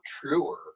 truer